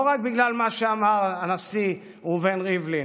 לא רק בגלל מה שאמר הנשיא ראובן ריבלין,